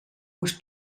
was